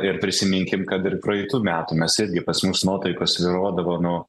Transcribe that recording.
ir prisiminkim kad ir praeitų metų mes irgi pas mus nuotaikos svyruodavo nuo